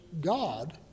god